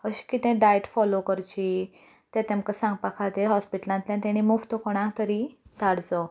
अशें कितें diet follow करची ते तेमकां सांगपा खातीर हॉस्पिटलांतल्यान तेमी मुफ्त कोणाक तरी धाडचो